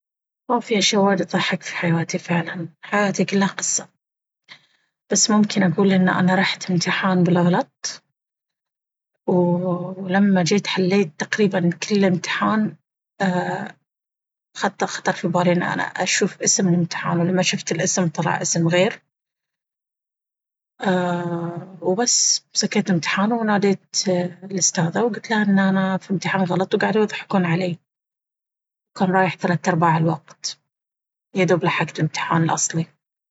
مافي أشياء واجد تضحك في حياتي فعلا، حياتي كلها قصة بس ممكن أقول ان أنا رحت امتحان بالغلط ولما جيت حليت تقريبا كل الامتحان خطر في بالي ان انا اشوف اسم الإمتحان ولما شفت الاسم طلع اسم غير! وبس صكيت الامتحان وناديت الأستاذة وقلت ليها ان الامتحان غلط وقعدوا يضحكون علي! وكان رايح ثلاثة أرباع الوقت! يدوب لحقت الامتحان الأصلي.